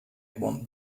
want